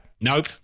Nope